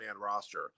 roster